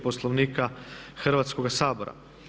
Poslovnika Hrvatskoga sabora.